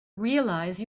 realize